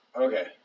Okay